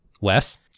Wes